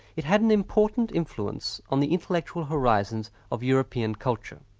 it had an important influence on the intellectual horizons of european culture.